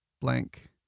blank